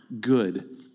Good